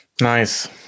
Nice